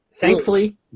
thankfully